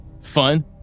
fun